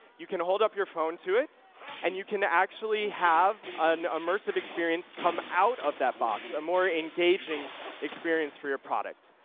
you can hold up your phone to it and you can actually have an immersive experience come out of that box, a more engaging experience for your product.